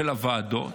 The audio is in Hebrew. של הוועדות,